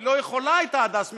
היא לא הייתה יכולה, הדס מזרחי,